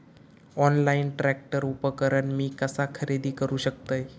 Online tractor उपकरण मी कसा खरेदी करू शकतय?